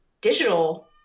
digital